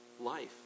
life